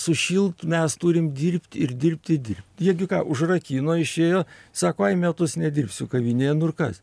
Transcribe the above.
sušilt mes turim dirbt ir dirbt ir dirbt jie gi ką užrakino išėjo sako ai metus nedirbsiu kavinėje nu ir kas